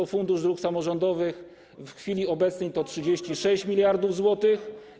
Środki Funduszu Dróg Samorządowych w chwili obecnej to 36 mld zł.